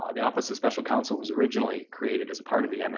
ah the office of special counsel was originally created as a part of the and